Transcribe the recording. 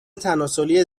تناسلی